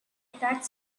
tax